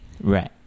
Right